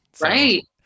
Right